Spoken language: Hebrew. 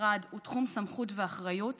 משרד ותחום סמכות ואחריות